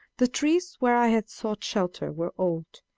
the trees where i had sought shelter were old,